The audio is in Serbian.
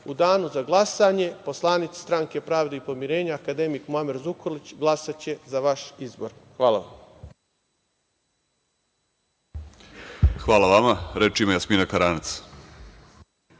U danu za glasanje poslanici Stranke pravde i pomirenja, akademik Muamer Zukorlić, glasaće za vaš izbor. Hvala vam. **Vladimir Orlić** Hvala vama. Reč ima Jasmina Karanac.